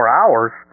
hours